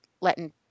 letting